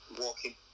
walking